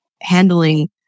handling